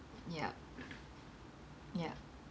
yup ya